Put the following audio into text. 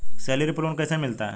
Salary पर loan कैसे मिलता है?